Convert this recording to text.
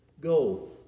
go